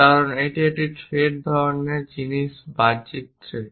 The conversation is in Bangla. কারণ এটি একটি থ্রেড ধরণের জিনিস বাহ্যিক থ্রেড